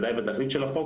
בתכלית החוק